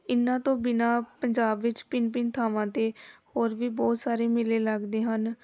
ਇਨ੍ਹਾਂ ਤੋਂ ਬਿਨਾਂ ਪੰਜਾਬ ਵਿੱਚ ਭਿੰਨ ਭਿੰਨ ਥਾਵਾਂ 'ਤੇ ਹੋਰ ਵੀ ਬਹੁਤ ਸਾਰੇ ਮੇਲੇ ਲੱਗਦੇ ਹਨ